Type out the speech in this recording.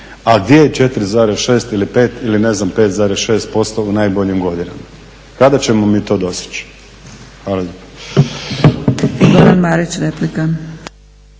5 ili ne znam 5,6% u najboljim godinama. Kada ćemo mi to doseći? Hvala